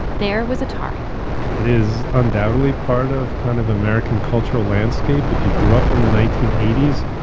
there was atari it is undoubtedly part of, kind of, american cultural landscape. if you grew up in the nineteen eighty s,